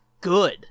good